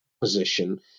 position